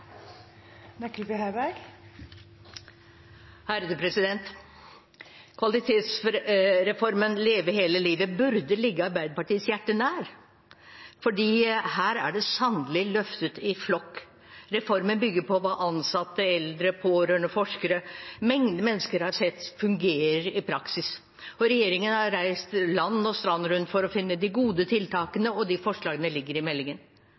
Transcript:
det sannelig løftet i flokk. Reformen bygger på hva ansatte, eldre, pårørende og forskere – en mengde mennesker – har sett fungerer i praksis. Regjeringen har reist land og strand rundt for å finne de gode tiltakene. Disse forslagene ligger i meldingen.